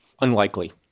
Unlikely